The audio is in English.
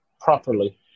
properly